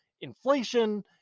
inflation